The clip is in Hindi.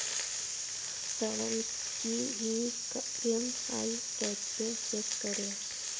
ऋण की ई.एम.आई कैसे चेक करें?